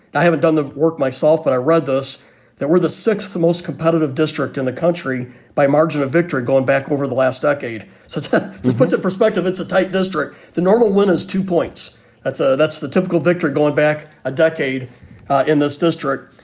i haven't done the work myself that i read this that were the sixth the most competitive district in the country by a margin of victory. going back over the last decade. so this puts it perspective. it's a tight district. the normal win is two points. that's ah that's the typical victory. going back a decade in this district.